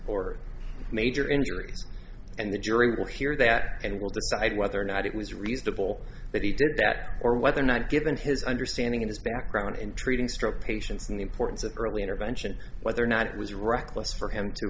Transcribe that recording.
or major injuries and the jury will hear that and will decide whether or not it was reasonable that he did that or whether or not given his understanding of his background in treating stroke patients and the importance of early intervention whether or not it was reckless for him to